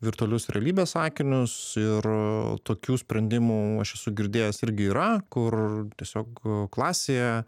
virtualius realybės akinius ir tokių sprendimų aš esu girdėjęs irgi yra kur tiesiog klasėje